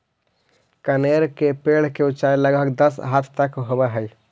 कनेर के पेड़ के ऊंचाई लगभग दस हाथ तक होवऽ हई